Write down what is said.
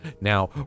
Now